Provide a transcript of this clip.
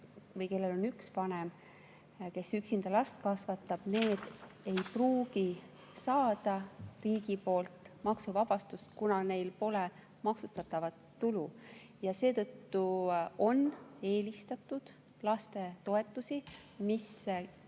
kõige rohkem abi, kes üksinda last kasvatavad, ei pruugi saada riigilt maksuvabastust, kuna neil pole maksustatavat tulu. Seetõttu on eelistatud lastetoetusi, mis